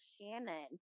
Shannon